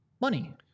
money